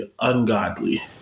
ungodly